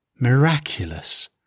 miraculous